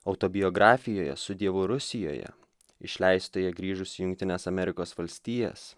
autobiografijoje su dievu rusijoje išleistoje grįžus į jungtines amerikos valstijas